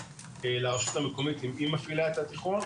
לרשות המקומית אם היא מפעילה את התיחום,